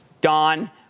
Don